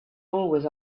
always